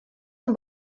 amb